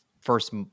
first